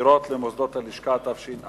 (בחירות למוסדות הלשכה), התש"ע